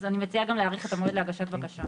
אני מציעה להאריך את המועד להגשת בקשה.